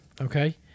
Okay